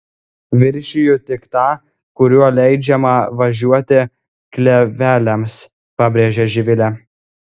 viršiju tik tą kuriuo leidžiama važiuoti kleveliams pabrėžė živilė